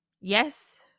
yes